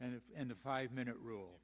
and it's and the five minute rule